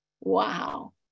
Wow